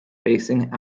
facing